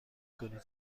کنیم